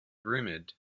rumored